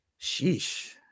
sheesh